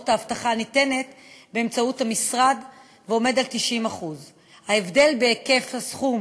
האבטחה הניתנת באמצעות המשרד ועומד על 90%. ההבדל בהיקף הסכום